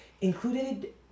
included